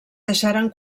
deixaren